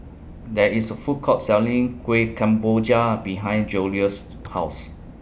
There IS A Food Court Selling Kuih Kemboja behind Joseluis' House